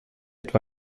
etwa